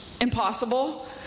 impossible